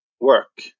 work